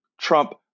Trump